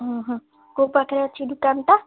ହ ହଁ କେଉଁ ପାଖରେ ଅଛି ଦୋକାନଟା